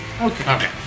Okay